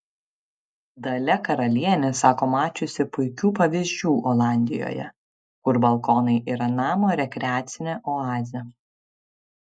dalia karalienė sako mačiusi puikių pavyzdžių olandijoje kur balkonai yra namo rekreacinė oazė